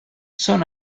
son